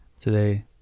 today